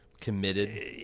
committed